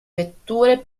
vetture